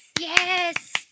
yes